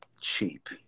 cheap